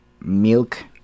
milk